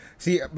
See